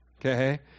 okay